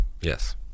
Yes